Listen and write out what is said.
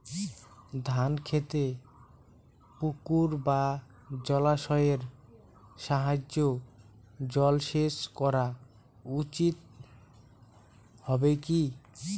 ধান খেতে পুকুর বা জলাশয়ের সাহায্যে জলসেচ করা উচিৎ হবে কি?